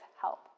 help